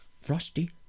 Frosty